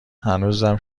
هنوزم